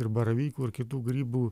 ir baravykų ir kitų grybų